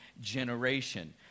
generation